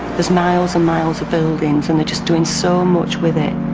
there's miles and miles of buildings and they're just doing so much with it.